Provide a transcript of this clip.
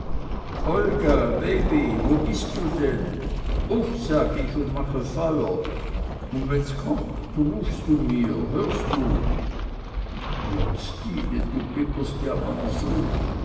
olga baby wo bist du denn uff sag ich un mache feuer un wenn's kocht rufst du mir hörst du jott stine du bibberst ja man so